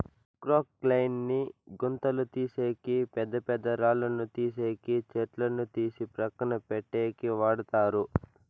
క్రొక్లేయిన్ ని గుంతలు తీసేకి, పెద్ద పెద్ద రాళ్ళను తీసేకి, చెట్లను తీసి పక్కన పెట్టేకి వాడతారు